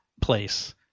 place